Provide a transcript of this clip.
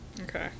Okay